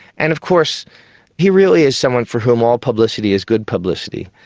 and of course he really is someone for whom all publicity is good publicity.